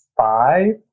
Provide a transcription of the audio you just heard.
five